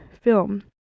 film